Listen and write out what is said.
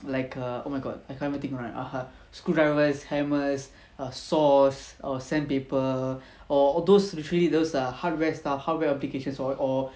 like err oh my god I can't even think right err screwdrivers hammers err saws or sandpaper or those literally those err hardware stuff hardware applications or or